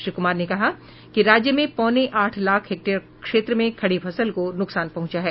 श्री कुमार ने कहा कि राज्य में पौने आठ लाख हेक्टेयर क्षेत्र में खड़ी फसल को नुकसान पहुंचा है